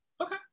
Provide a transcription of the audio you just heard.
okay